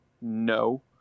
No